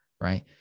Right